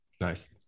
Nice